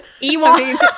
Ewan